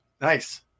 Nice